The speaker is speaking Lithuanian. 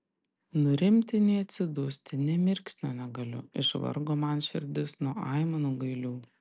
nurimti nei atsidusti nė mirksnio negaliu išvargo man širdis nuo aimanų gailių